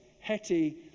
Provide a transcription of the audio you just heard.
Hetty